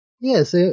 yes